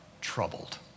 troubled